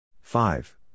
Five